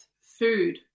food